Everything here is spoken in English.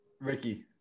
ricky